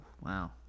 wow